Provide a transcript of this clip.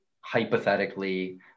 hypothetically